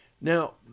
Now